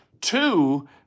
two